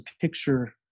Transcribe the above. picture